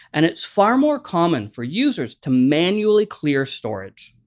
and it's far more common for users to manually clear storage.